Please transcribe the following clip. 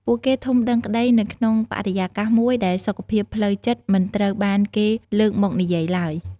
ពួកគេធំដឹងក្តីនៅក្នុងបរិយាកាសមួយដែលសុខភាពផ្លូវចិត្តមិនត្រូវបានគេលើកមកនិយាយឡើយ។